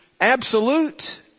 absolute